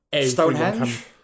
Stonehenge